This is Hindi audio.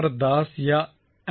दास या एम